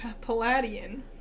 Palladian